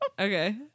Okay